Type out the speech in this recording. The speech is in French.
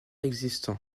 existant